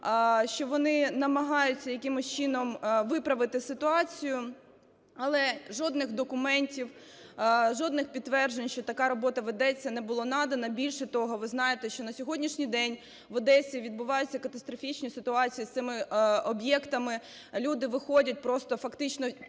що вони намагаються якимось чином виправити ситуацію, але жодних документів, жодних підтверджень, що така робота ведеться не було надано. Більше того, ви знаєте, що на сьогоднішній день в Одесі відбуваються катастрофічні ситуації з цими об'єктами. Люди виходять, просто фактично